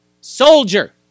soldier